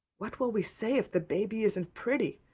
what will we say if the baby isn't pretty?